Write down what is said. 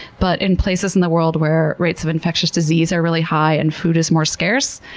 but in places in the world where rates of infectious disease are really high, and food is more scarce,